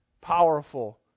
Powerful